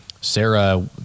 Sarah